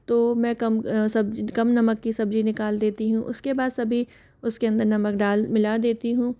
तो मैं कम कम नमक की सब्जी निकाल देती हूँ उसके बाद सभी उसके अंदर नमक डाल मिला देती हूँ